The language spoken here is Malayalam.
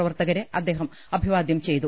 പ്രവർത്തകരെ അദ്ദേഹം അഭിവാദ്യം ചെയ്തു